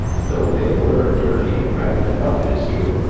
though they were dirty and ragged enough, it is true,